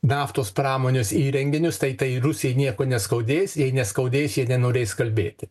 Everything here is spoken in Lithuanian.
naftos pramonės įrenginius tai tai rusijai nieko neskaudės jei neskaudės šie nenorės kalbėti